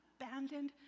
abandoned